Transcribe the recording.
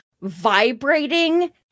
vibrating